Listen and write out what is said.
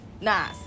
Nice